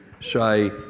say